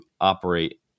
operate